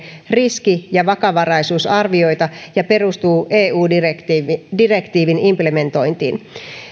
riski ja vakavaraisuusarvioita ja perustuu eu direktiivin implementointiin